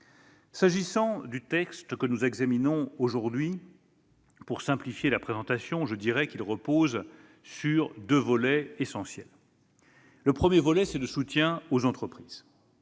S'agissant du texte que nous examinons aujourd'hui, pour simplifier la présentation, je dirai qu'il repose sur deux volets essentiels. Le premier volet, c'est le soutien aux entreprises.